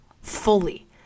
fully